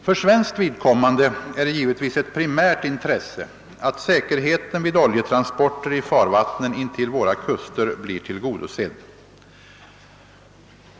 För svenskt vidkommande är det givetvis ett primärt intresse att säkerheten vid oljetransporter i farvattnen intill våra kuster blir tillgodosedd.